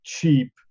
cheap